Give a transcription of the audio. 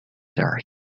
dark